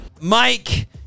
Mike